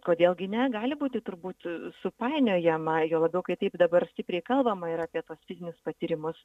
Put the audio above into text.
kodėl gi ne gali būti turbūt supainiojama juo labiau kai taip dabar stipriai kalbama ir apie tuos fizinius patyrimus